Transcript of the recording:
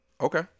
Okay